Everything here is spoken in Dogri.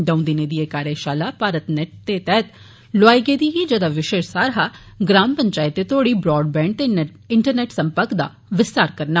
द'ऊं दिनें दी एह् कार्यषाला भारत नेट दे तैह्त लोआई गेदी ही जेदा विशय सार हा ग्राम पंचायतें तोड़ी ब्राड बैंड ते इंटरनेट संपर्क पजाना